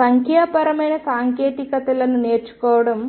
సంఖ్యాపరమైన సాంకేతికతలను నేర్చుకోవడం